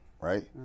right